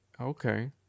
okay